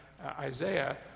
Isaiah